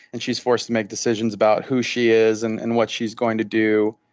and she's forced to make decisions about who she is and and what she's going to do,